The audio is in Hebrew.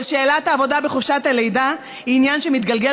אבל שאלת העבודה בחופשת הלידה היא עניין שמתגלגל